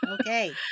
Okay